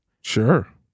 Sure